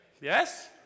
Yes